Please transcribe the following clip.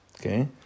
okay